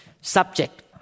subject